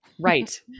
Right